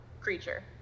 creature